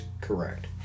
correct